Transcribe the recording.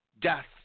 Death